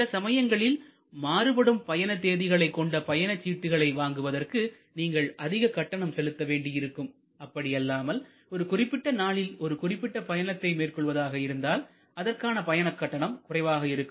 சில சமயங்களில் மாறுபடும் பயணதேதிகளை கொண்ட பயணச்சீட்டுகளை வாங்குவதற்கு நீங்கள் அதிககட்டணம் செலுத்த வேண்டியிருக்கும் அப்படி அல்லாமல் ஒரு குறிப்பிட்ட நாளில் ஒரு குறிப்பிட்ட பயணத்தை மேற்கொள்வதாக இருந்தால் அதற்கான பயண கட்டணம் குறைவாக இருக்கும்